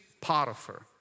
Potiphar